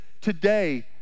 today